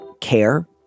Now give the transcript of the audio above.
care